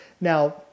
Now